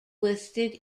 listed